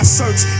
search